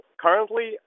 currently